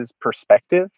perspective